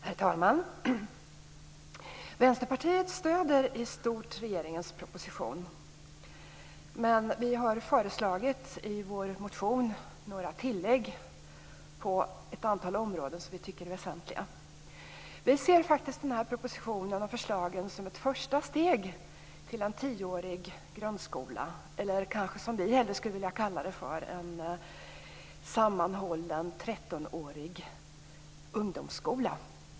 Herr talman! Vänsterpartiet stöder i stort regeringens proposition. Men vi har i vår motion föreslagit några tillägg på ett antal områden som vi tycker är väsentliga. Vi ser propositionen och förslagen som ett första steg till en tioårig grundskola, eller som vi hellre skulle vilja kalla det: en sammanhållen trettonårig ungdomsskola.